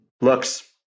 looks